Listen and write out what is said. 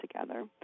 together